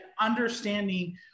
understanding